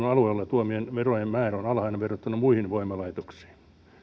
alueelle tuomien verojen määrä on alhainen verrattuna muihin voimalaitoksiin